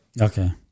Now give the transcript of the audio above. Okay